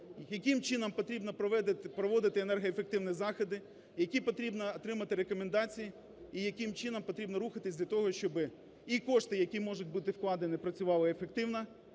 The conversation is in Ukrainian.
яким чином потрібно проводити енергоефективні заходи, які потрібно отримати рекомендації і яким чином потрібно рухатись для того, щоб і кошти, які можуть бути вкладені, працювали ефективно.